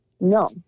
no